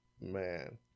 Man